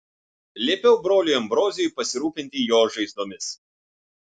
liepiau broliui ambrozijui pasirūpinti jo žaizdomis